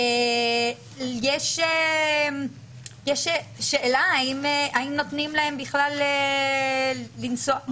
יש שאלה האם נותנים להם בכלל לנסוע,